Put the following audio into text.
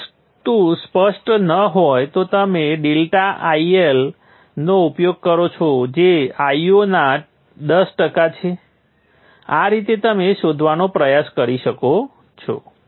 જો આ સ્પષ્ટ ન હોય તો તમે ડેલ્ટા IL નો ઉપયોગ કરો છો જે Io ના 10 ટકા છે આ રીતે તમે શોધવાનો પ્રયાસ કરી શકો છો